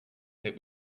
that